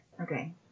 Okay